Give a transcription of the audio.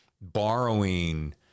borrowing